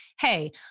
hey